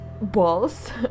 balls